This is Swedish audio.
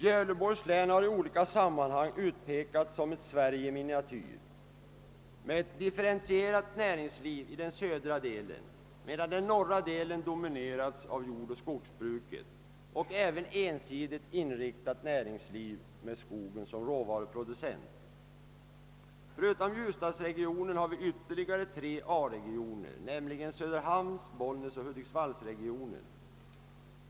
Gävleborgs län har i olika sammanhang utpekats som ett Sverige i miniatyr med ett differentierat näringsliv i den södra delen, under det att den norra delen domineras av jordoch skogsbruk och även ensidigt inriktat näringsliv med skogen som råvaruproducent. Förutom ljusdalsregionen finns det ytterligare A-regioner, nämligen söderhamns-, bollnäsoch hudiksvallsregionerna.